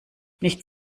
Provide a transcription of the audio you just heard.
nicht